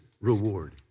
reward